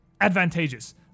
advantageous